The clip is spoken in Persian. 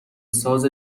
ساز